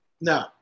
No